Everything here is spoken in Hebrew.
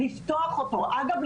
אגב,